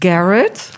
Garrett